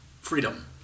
Freedom